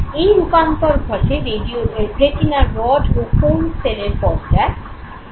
এই রূপান্তর ঘটে রেটিনার রড ও কোন সেলের পর্যায়ে